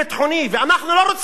ואנחנו לא רוצים את זה.